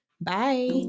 Bye